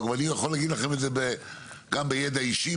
ואני יכול להגיד לכם את זה גם בידע אישי,